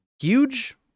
huge